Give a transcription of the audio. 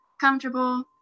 comfortable